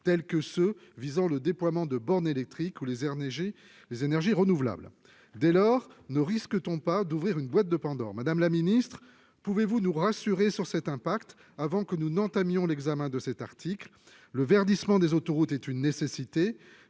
tels que ceux qui permettent le déploiement de bornes électriques ou des énergies renouvelables. Dès lors, ne risque-t-on pas d'ouvrir la boîte de Pandore ? Madame la ministre, pouvez-vous nous rassurer sur cet impact avant que nous n'entamions l'examen de l'article ? Le verdissement des autoroutes est une nécessité.